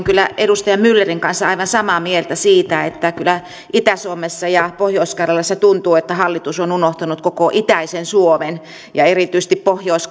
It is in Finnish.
kyllä edustaja myllerin kanssa aivan samaa mieltä siitä että kyllä itä suomessa ja pohjois karjalassa tuntuu että hallitus on unohtanut koko itäisen suomen ja erityisesti pohjois